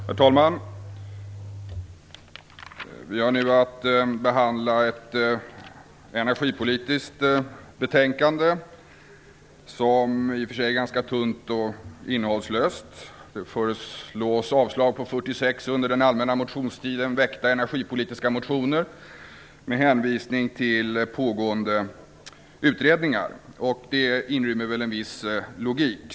Herr talman! Vi har nu att behandla ett energipolitiskt betänkande som är ganska tunt och innehållslöst. Det föreslås avslag på 46 under den allmänna motionstiden väckta energipolitiska motioner med hänvisning till pågående utredningar. Det inrymmer väl en viss logik.